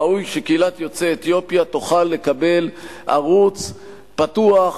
ראוי שקהילת יוצאי אתיופיה תוכל לקבל ערוץ פתוח,